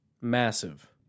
massive